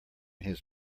his